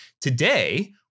Today